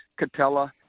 catella